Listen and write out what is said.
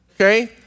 okay